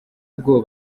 ubwo